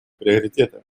приоритетами